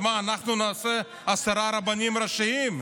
אז מה, אנחנו נעשה עשרה רבנים ראשיים?